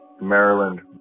maryland